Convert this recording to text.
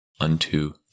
unto